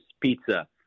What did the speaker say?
pizza